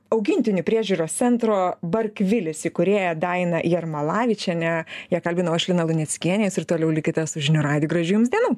augintinių priežiūros centro barkvilis įkūrėją dainą jarmalavičienę ją kalbinau aš lina luneckienė jūs ir toliau likite su žinių radiju gražių jums dienų